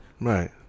Right